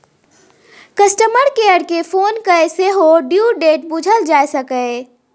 customer care केँ phone कए सेहो ड्यु डेट बुझल जा सकैए